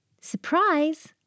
Surprise